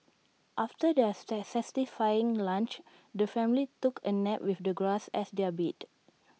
after their satisfying lunch the family took A nap with the grass as their bed